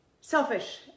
selfish